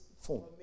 phone